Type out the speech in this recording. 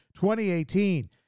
2018